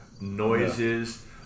noises